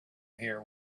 hear